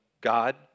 God